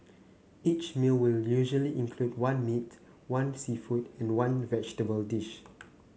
each meal will usually include one meat one seafood and one vegetable dish